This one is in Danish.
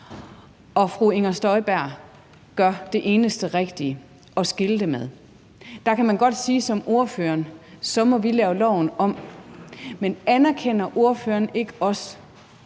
og fru Inger Støjberg gør det eneste rigtige og skiller dem ad, kan man godt sige som ordføreren: Så må vi lave loven om. Men anerkender ordføreren ikke også,